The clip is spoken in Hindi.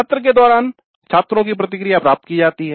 सत्र के दौरान छात्रों की प्रतिक्रिया प्राप्त की जाती है